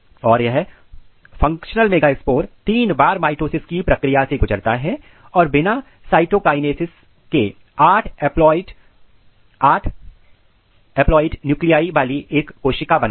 और यह functional megaspore तीन बार माइटोसिस की प्रक्रिया से गुजरता है और बिना साइटोंकाइनेसिस के आठ एप्लाइड न्यूक्लिआई वाली एक कोशिका बनाता है